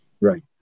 Right